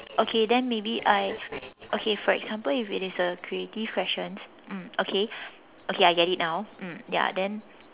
okay then maybe I okay for example if it is a creative question mm okay okay I get it now mm ya then